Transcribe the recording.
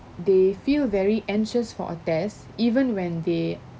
they feel very anxious for a test even when they